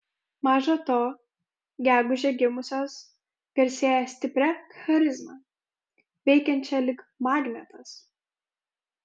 maža to gegužę gimusios garsėja stipria charizma veikiančia lyg magnetas